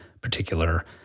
particular